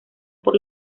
por